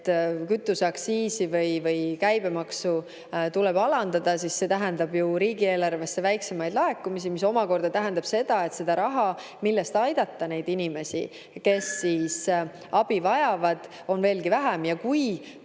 et kütuseaktsiisi või käibemaksu tuleb alandada, siis see tähendab ju riigieelarvesse väiksemaid laekumisi, mis omakorda tähendab seda, et raha, mille abil aidata neid inimesi, kes abi vajavad, on veelgi vähem. Kui